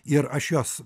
ir aš jos